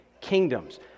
kingdoms